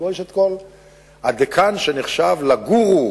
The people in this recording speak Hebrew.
שנחשב לגורו,